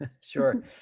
Sure